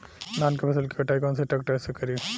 धान के फसल के कटाई कौन सा ट्रैक्टर से करी?